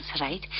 right